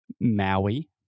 Maui